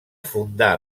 fundà